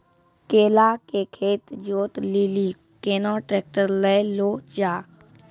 केला के खेत जोत लिली केना ट्रैक्टर ले लो जा?